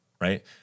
right